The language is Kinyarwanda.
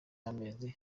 y’amazi